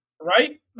Right